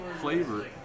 flavor